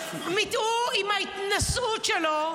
הוא עם ההתנשאות שלו.